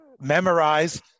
memorize